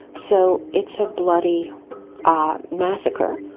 so it's a bloody ah massacre.